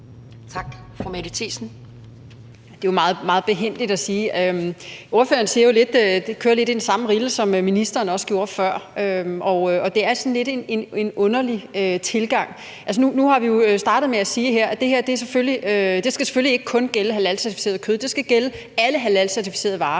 Det er jo meget behændigt at sige det. Det, ordføreren siger, kører lidt i den samme rille som ministeren. Det er en lidt underlig tilgang. Nu startede vi med at sige, at det her selvfølgelig ikke kun skal gælde halalcertificeret kød. Det skal gælde alle halalcertificerede varer.